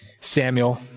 Samuel